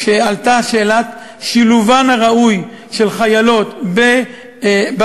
כשעלתה שאלת שילובן הראוי של חיילות בצבא,